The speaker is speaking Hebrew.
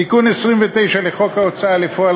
תיקון 29 לחוק ההוצאה לפועל,